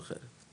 או אחרת,